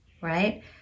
right